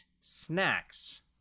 snacks